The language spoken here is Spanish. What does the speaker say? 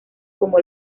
como